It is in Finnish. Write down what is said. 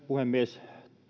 puhemies